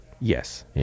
Yes